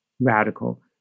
radical